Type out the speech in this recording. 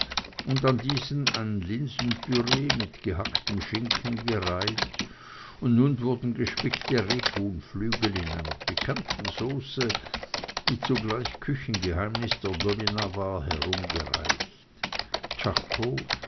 und an diesen ein linsenpüree mit gebackenem schinken gereiht und nun wurden gespickte rebhuhnflügel in einer pikanten sauce die zugleich küchengeheimnis der domina war herumgereicht